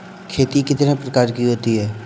खेती कितने प्रकार की होती है?